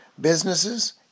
businesses